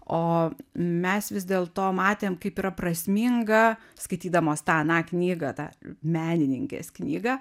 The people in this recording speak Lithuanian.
o mes vis dėl to matėm kaip yra prasminga skaitydamos tą aną knygą tą menininkės knygą